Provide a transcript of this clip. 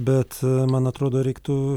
bet man atrodo reiktų